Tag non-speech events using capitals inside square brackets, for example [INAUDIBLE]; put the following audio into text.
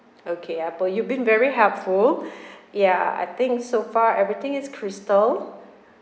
okay apple you've been very helpful [BREATH] ya I think so far everything is crystal